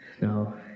No